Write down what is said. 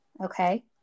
Okay